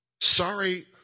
sorry